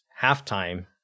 halftime